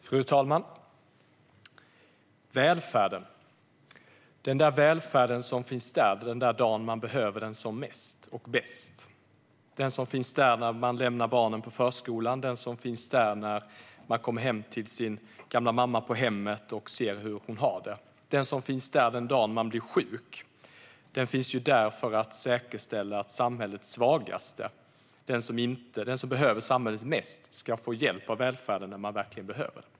Fru talman! Jag vill tala om den där välfärden som finns den dag då man behöver den som mest och bäst, som finns då man lämnar barnen på förskolan, som finns då man kommer hem till sin gamla mamma på hemmet och ser hur hon har det och som finns den dag då man blir sjuk. Den finns till för att säkerställa att samhällets svagaste, de som behöver samhället mest, ska få hjälp av välfärden när de verkligen behöver den.